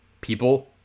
people